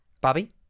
bobby